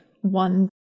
one